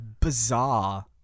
bizarre